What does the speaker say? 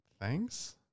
thanks